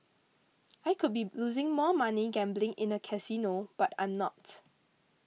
I could be losing more money gambling in a casino but I'm not